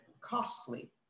costly